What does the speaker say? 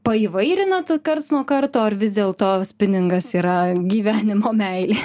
paįvairinat karts nuo karto ar vis dėlto spiningas yra gyvenimo meilė